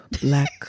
Black